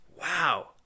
Wow